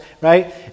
right